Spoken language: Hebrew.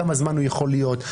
כמה זמן הוא יכול להיות.